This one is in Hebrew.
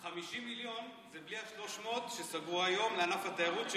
ה-50 מיליון זה בלי ה-300 שסגרו היום לענף התיירות,